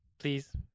Please